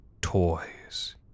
toys